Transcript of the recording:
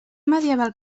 medieval